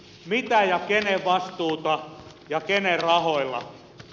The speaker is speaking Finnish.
mitä ja kenen vastuuta ja kenen rahoilla